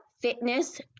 fitness